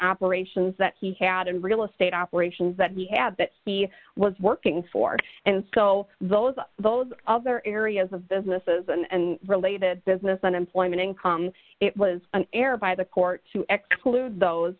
operations that he had and real estate operations that we have that he was working for and so those of those other areas of businesses and related business unemployment income it was an error by the court to